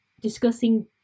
discussing